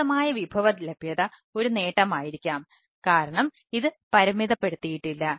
വിപുലമായ വിഭവ ലഭ്യത ഒരു നേട്ടമായിരിക്കാം കാരണം ഇത് പരിമിതപ്പെടുത്തിയിട്ടില്ല